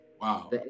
Wow